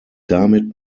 damit